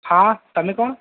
હા તમે કોણ